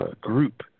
group